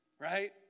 Right